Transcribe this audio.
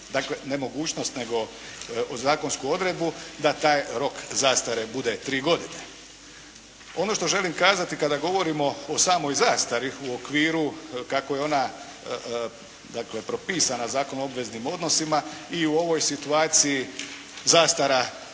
ne mogućnost nego zakonsku odredbu da taj rok zastare bude tri godine. Ono što želim kazati kada govorimo o samoj zastari u okviru kako je ona propisana Zakonom o obveznim odnosima. I u ovoj situaciji zastara